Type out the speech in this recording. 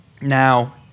now